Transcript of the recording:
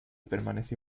permaneció